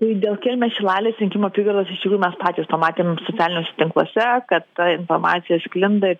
tai dėl kelmės šilalės rinkimų apygardos iš tikrųjų mes patys pamatėm socialiniuose tinkluose kad ta informacija sklinda ir